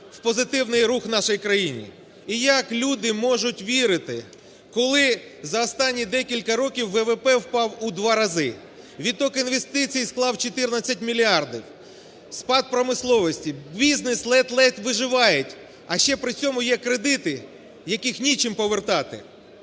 відтік інвестицій склав 14 мільярдів, спад промисловості, бізнес ледь-ледь виживає, а ще при цьому є кредити, яких нічим повертати.